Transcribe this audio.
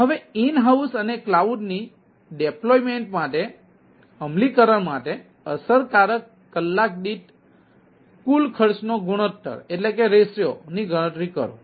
અને હવે in house અને કલાઉડની અમલીકરણ ની ગણતરી કરો